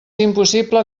impossible